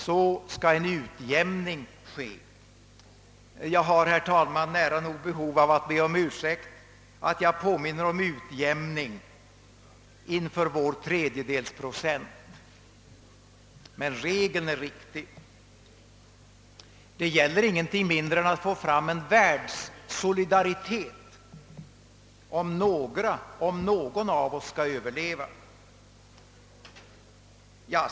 Så skall en utjämning ske.» Jag har, herr talman, nära nog behov av att be om ursäkt för att jag påminner om utjämning inför vår tredjedels procent, men regeln är riktig. Det gäller ingenting mindre än att få fram en världssolidaritet, om någon av oss skall överleva.